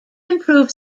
improved